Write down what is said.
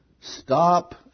stop